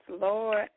Lord